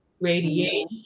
radiation